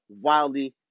Wildly